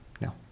No